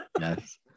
Yes